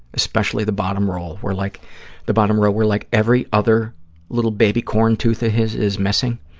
especially the bottom row, where like the bottom row, where like every other little baby-corn tooth of his is missing,